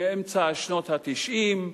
מאמצע שנות ה-90,